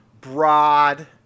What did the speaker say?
broad